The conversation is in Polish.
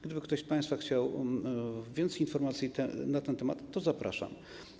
Gdyby ktoś z państwa chciał więcej informacji na ten temat, to zapraszam.